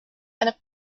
eine